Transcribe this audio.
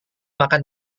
makan